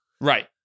Right